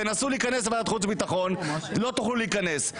תנסו להיכנס לוועדת חוץ וביטחון לא תוכלו להיכנס.